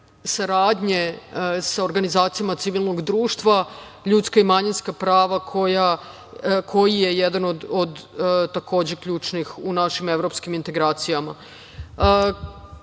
saradnje sa organizacijama civilnog društva, ljudska i manjinska prava, koji je jedan od takođe ključnih u našim evropskim integracijama. Kao